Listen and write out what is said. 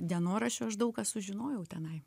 dienoraščio aš daug ką sužinojau tenai